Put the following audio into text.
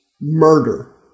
murder